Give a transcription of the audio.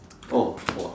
oh !wah!